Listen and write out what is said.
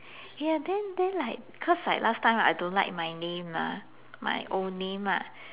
ya then then like cause like last time I don't like my name mah my old name lah